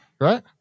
right